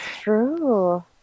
true